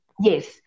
Yes